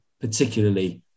particularly